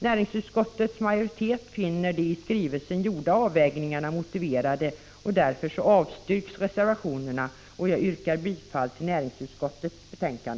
Näringsutskottets majoritet finner de i skrivelsen gjorda avvägningarna motiverade, och därför avstyrks reservationerna. Jag yrkar bifall till utskottets hemställan.